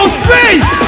space